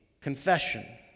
confession